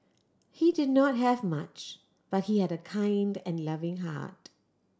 he did not have much but he had a kind and loving heart